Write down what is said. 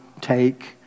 take